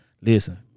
Listen